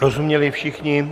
Rozuměli všichni?